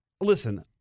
Listen